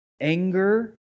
Anger